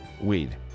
Weed